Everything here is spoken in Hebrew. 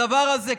הדבר הזה,